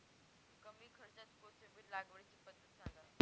कमी खर्च्यात कोथिंबिर लागवडीची पद्धत सांगा